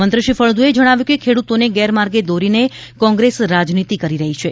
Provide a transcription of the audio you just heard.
મંત્રી શ્રી ફળદુએ જણાવ્યું કે ખેડૂતોને ગેરમાર્ગે દોરીને કોંગ્રેસ રાજનીતિ કરી રહી છે